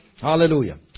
Hallelujah